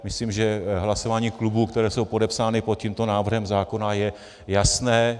Myslím, že hlasování klubů, které jsou podepsány pod tímto návrhem zákona, je jasné.